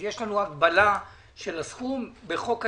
אז יש לנו הגבלה של הסכום בחוק-היסוד.